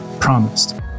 promised